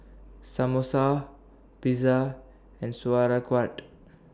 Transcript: Samosa Pizza and Sauerkraut